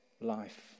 life